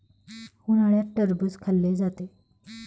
उन्हाळ्यात टरबूज खाल्ले जाते